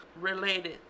related